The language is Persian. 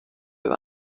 شما